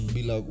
Bila